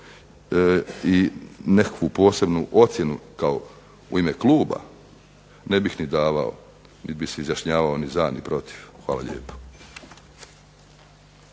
i nekakvu posebnu ocjenu u ime kluba ne bih ni davao niti bih se izjašnjavao ni za ni protiv. Hvala lijepo.